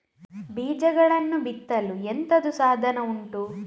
ಬೀಜಗಳನ್ನು ಬಿತ್ತಲು ಎಂತದು ಸಾಧನ ಉಂಟು?